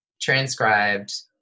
transcribed